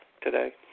today